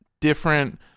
different